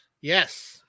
Yes